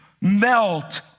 melt